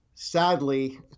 Sadly